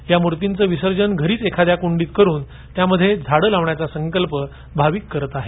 ह्या मूर्तीचे विसर्जन घरीच एखाद्या कूंडीत करून त्या मध्ये झाडे लावण्याचा संकल्प भाविक करीत आहेत